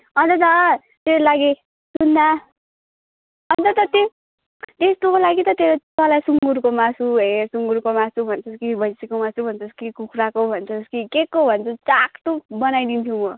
अन्त त तेरो लागि सुमा अन्त त त्यही त्यस्तो लागि त तँलाई सुँगुरको मासु हे सुँगुरको मासु भन्छस् कि भैँसीको मासु भन्छस् कि कुखुराको भन्छस् कि केको भन्छस् टाकटुक बनाइदिन्छु म